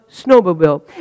Snowmobile